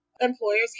Employers